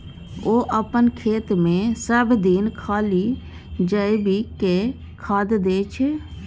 ओ अपन खेतमे सभदिन खाली जैविके खाद दै छै